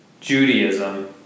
Judaism